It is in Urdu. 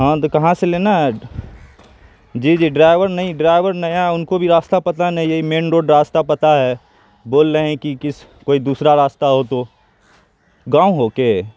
ہاں تو کہاں سے لینا ہے جی جی ڈرائیور نہیں ڈرائیور نیا ہے ان کو بھی راستہ پتا نہیں ہے یہی مین روڈ راستہ پتا ہے بول رہے ہیں کہ کس کوئی دوسرا راستہ ہو تو گاؤں ہو کے